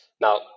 Now